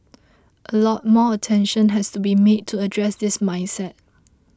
a lot more attention has to be made to address this mindset